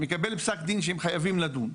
מקבל פסק דין שהם חייבים לדון,